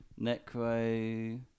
Necro